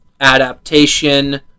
Adaptation